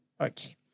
Okay